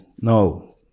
no